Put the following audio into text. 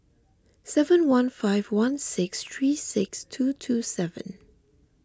seven one five one six three six two two seven